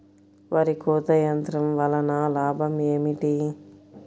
వరి కోత యంత్రం వలన లాభం ఏమిటి?